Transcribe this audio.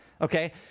Okay